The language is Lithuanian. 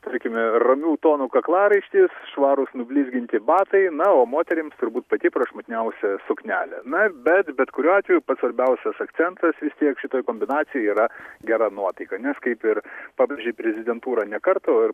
tarkime ramių tonų kaklaraištis švarūs nublizginti batai na o moterims turbūt pati prašmatniausia suknelė na bet bet kuriuo atveju svarbiausias akcentas vis tiek šitoj kombinacijoj yra gera nuotaika nes kaip ir pabrėžė prezidentūra ne kartą o ir